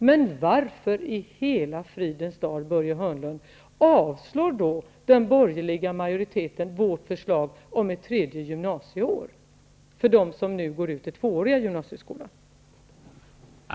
Men varför i hela fridens namn avstyrker då den borgerliga majoriteten vårt förslag om ett tredje gymnasieår för dem som nu går ut den tvååriga gymnasieskolan, Börje Hörnlund?